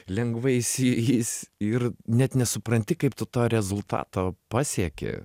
lengvai si jis ir net nesupranti kaip tu tą rezultatą pasieki